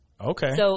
Okay